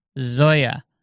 Zoya